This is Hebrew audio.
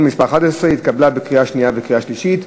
מס 11) התקבלה בקריאה שנייה וקריאה שלישית.